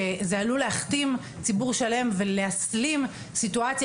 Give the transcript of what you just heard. שאומרות שזה עלול להכתים ציבור שלם ולהסלים סיטואציה